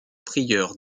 prieur